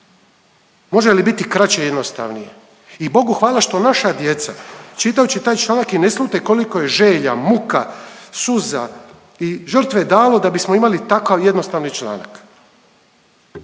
Može li biti kraće i jednostavnije? I bogu hvala što naša djeca čitajući taj članak i ne slute koliko je želja, muka, suza i žrtve dalo da bismo imali takav jednostavni članak.